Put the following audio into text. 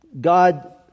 God